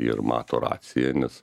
ir mato racija nes